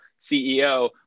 CEO